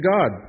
God